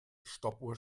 stoppuhr